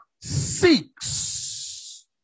Seeks